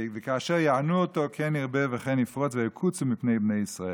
"וכאשר יענו אֹתוֹ כן ירבה וכן יפרֹץ וַיָּקֻצוּ מפני בני ישראל".